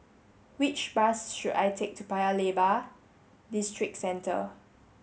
which bus should I take to Paya Lebar Districentre